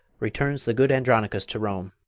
returns the good andronicus to rome,